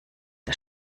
der